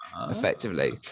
effectively